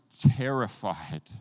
terrified